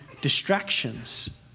distractions